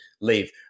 leave